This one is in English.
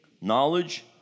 knowledge